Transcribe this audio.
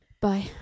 Bye